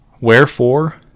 Wherefore